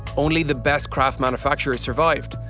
only the best craft manufacturers survived.